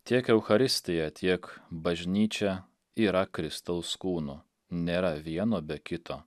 tiek eucharistija tiek bažnyčia yra kristaus kūnu nėra vieno be kito